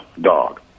dog